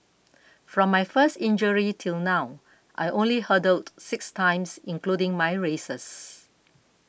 from my first injury till now I only hurdled six times including my races